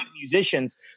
musicians